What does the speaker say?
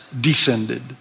descended